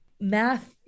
math